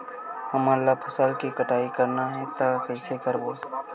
हमन ला फसल के कटाई करना हे त कइसे करबो?